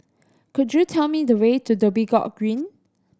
could you tell me the way to Dhoby Ghaut Green